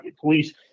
police